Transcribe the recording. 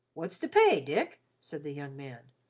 what's to pay, dick? said the young man.